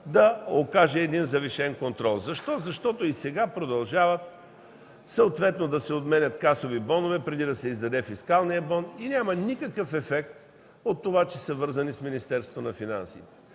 се окаже завишен контрол. Защо? Защото и сега продължават да се отменят касови бонове преди да се издаде фискалният бон. Няма никакъв ефект от това, че са вързани с Министерството на финансите,